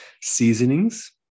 Seasonings